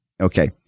Okay